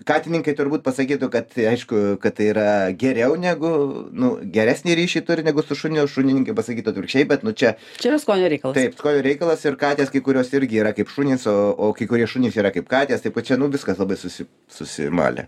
katininkai turbūt pasakytų kad tai aišku kad tai yra geriau negu nu geresnį ryšį turi negu su šuniu šunininkai pasakytų atvirkščiai bet nu čia čia yra skonio reikalas taip skonio reikalas ir katės kai kurios irgi yra kaip šunys o o kai kurie šunys yra kaip katės taip kad čia nu viskas labai susi susimalę